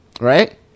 Right